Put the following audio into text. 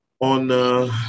On